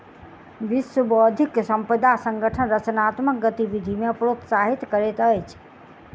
विश्व बौद्धिक संपदा संगठन रचनात्मक गतिविधि के प्रोत्साहित करैत अछि